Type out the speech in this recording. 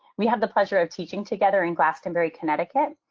we have the pleasure of teaching together in glastonbury, connecticut.